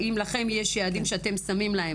האם לכם יש יעדים שאתם שמים להם